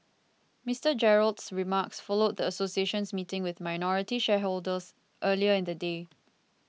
Mister Gerald's remarks followed the association's meeting with minority shareholders earlier in the day